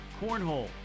cornhole